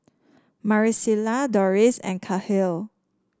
Maricela Dorris and Kahlil